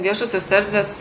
viešosios erdvės